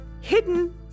hidden